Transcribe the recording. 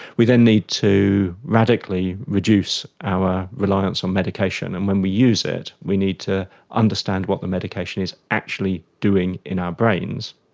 we then need to radically reduce our reliance on medication, and when we use it we need to understand what the medication is actually doing in our brains.